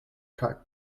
crack